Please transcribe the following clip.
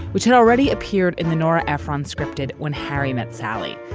which had already appeared in the nora ephron scripted. when harry met sally,